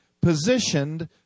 positioned